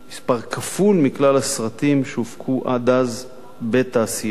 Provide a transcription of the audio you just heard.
מספר כפול מכלל הסרטים שהופקו עד אז בתעשיית